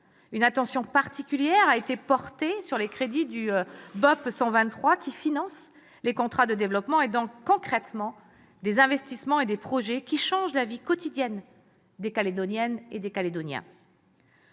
Une attention particulière a été portée aux crédits du budget opérationnel de programme, ou BOP 123, qui financent les contrats de développement et donc, concrètement, des investissements et des projets qui changent la vie quotidienne des Calédoniennes et des Calédoniens.